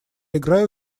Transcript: играю